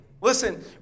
Listen